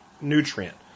nutrient